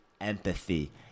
empathy